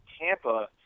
Tampa